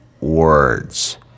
words